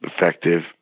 effective